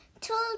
Told